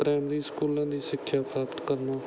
primary ਸਕੂਲਾਂ ਦੀ ਸਿੱਖਿਆ ਪ੍ਰਾਪਤ ਕਰਨਾ